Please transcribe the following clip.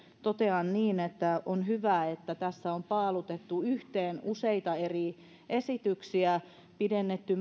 totean niin että on hyvä että tässä on paalutettu yhteen useita eri esityksiä pidennetty